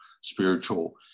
spiritual